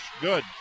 good